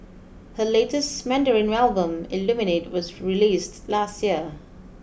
her latest Mandarin album Illuminate was released last year